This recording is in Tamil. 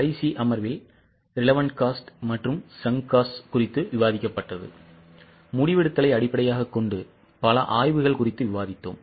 கடைசி அமர்வில் relevant cost மற்றும் sunk costs குறித்து விவாதிக்கப்பட்டடிவெடுத்தலை அடிப்படையாகக் கொண்டு பல ஆய்வுகள் குறித்து விவாதித்தோம்